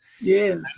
yes